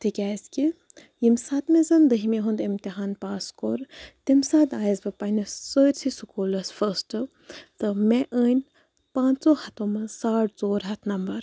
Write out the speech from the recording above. تِکیٛازِ کہِ ییٚمہِ ساتہٕ مےٚ زَن دٔہمہِ ہُنٛد امتِحان پاس کوٚر تمہِ ساتہٕ آیَس بہٕ پَننِس سٲرسٕے سکوٗلَس فرٛسٹہٕ تہٕ مےٚ أنۍ پٲنٛژو ہَتو منٛز ساڑ ژوٗر ہَتھ نمبر